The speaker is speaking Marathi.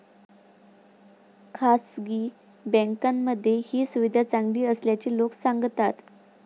खासगी बँकांमध्ये ही सुविधा चांगली असल्याचे लोक सांगतात